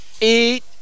Eat